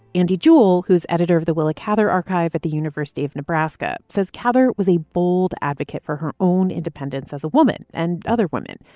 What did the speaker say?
andy joule, who's editor of the willa cather archive at the university of nebraska, says cather was a bold advocate for her own independence as a woman and other women,